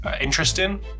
interesting